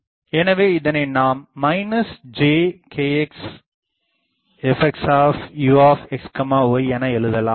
எனவே இதனை நாம் jkxFxu என எழுதலாம்